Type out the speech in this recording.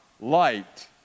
light